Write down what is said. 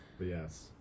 Yes